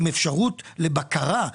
עם אפשרות לבקרה,